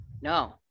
No